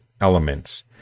elements